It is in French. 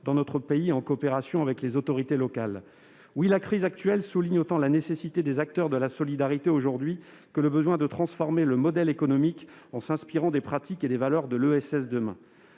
dans notre pays, en coopération avec les autorités locales. Oui, la crise actuelle souligne autant le rôle nécessaire des acteurs de la solidarité aujourd'hui, que le besoin de transformer le modèle économique en s'inspirant des pratiques et des valeurs de l'ESS demain.